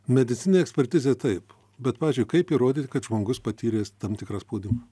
medicininė ekspertizė taip bet pavyzdžiui kaip įrodyt kad žmogus patyrė tam tikrą spaudimą